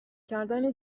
کردن